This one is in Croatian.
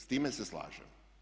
S time se slažem.